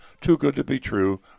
too-good-to-be-true